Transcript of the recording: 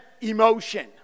emotion